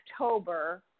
October